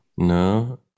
no